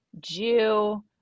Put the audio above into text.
Jew